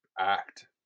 act